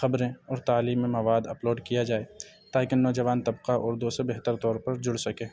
خبریں اور تعلیمی مواد اپلوڈ کیا جائے تاکہ نوجوان طبقہ اردو سے بہتر طور پر جڑ سکیں